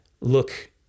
Look